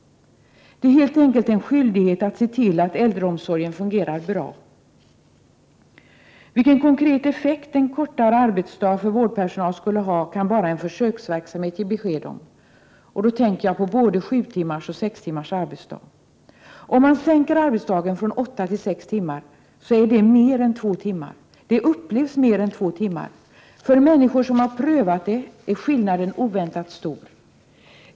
Det är helt enkelt en skyldighet att se till att äldreomsorgen fungerar bra. Vilken konkret effekt en kortare arbetsdag för vårdpersonal skulle ha kan bara en försöksverksamhet ge besked om. Jag tänker då på både sju timmars och sex timmars arbetsdag. Om arbetsdagen förkortas från åtta till sex timmar upplevs det som mer än två timmar. Människor som har prövat anser att skillnaden är oväntat stor.